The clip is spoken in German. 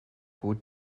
gut